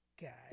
guy